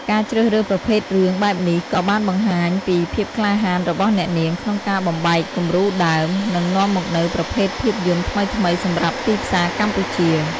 ការជ្រើសរើសប្រភេទរឿងបែបនេះក៏បង្ហាញពីភាពក្លាហានរបស់អ្នកនាងក្នុងការបំបែកគំរូដើម និងនាំមកនូវប្រភេទភាពយន្តថ្មីៗសម្រាប់ទីផ្សារកម្ពុជា។